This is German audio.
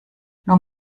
nur